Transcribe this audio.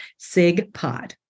SIGPOD